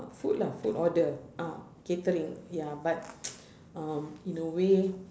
food lah food order ah catering ya but um in a way